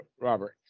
Robert